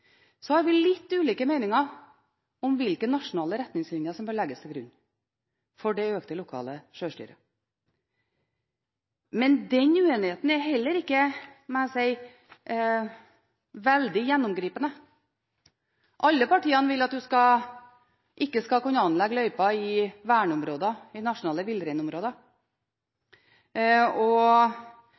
Så har vi litt ulike meninger om hvilke nasjonale retningslinjer som bør legges til grunn for det økte lokale sjølstyret. Men jeg må si at den uenigheten heller ikke er veldig gjennomgripende. Alle partiene vil at en ikke skal kunne anlegge løyper i verneområder, i nasjonale villreinområder. Senterpartiet, Høyre og